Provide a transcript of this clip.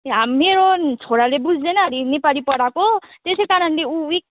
मेरो छोराले बुझ्दैन अरे नेपाली पढाएको त्यसै कारणले ऊ विक